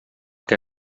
què